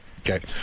Okay